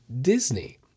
Disney